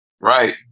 Right